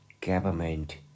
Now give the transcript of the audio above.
government